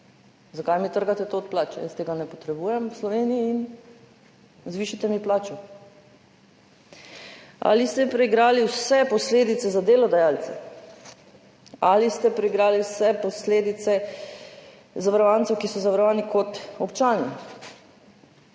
zakaj mi trgate to od plače, jaz tega ne potrebujem v Sloveniji in zvišajte mi plačo. Ali ste preigrali vse posledice za delodajalce? Ali ste preigrali vse posledice za zavarovance, ki so zavarovani kot občani?